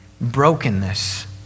brokenness